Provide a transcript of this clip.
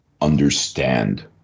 understand